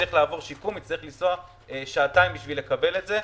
שצריך לעבור שיקום יצטרך לנסוע שעתיים בשביל לקבל אותו.